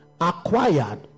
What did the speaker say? acquired